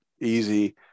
easy